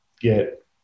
get